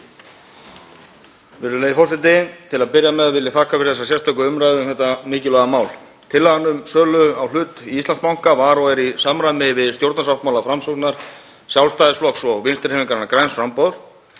Virðulegi forseti. Til að byrja með vil ég þakka fyrir þessa sérstöku umræðu um þetta mikilvæga mál. Tillagan um sölu á hlut í Íslandsbanka var og er í samræmi við stjórnarsáttmála Framsóknar, Sjálfstæðisflokks og Vinstrihreyfingarinnar – græns framboðs.